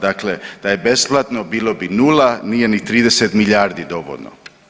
Dakle, da je besplatno bilo bi nula, nije ni 30 milijardi dovoljno.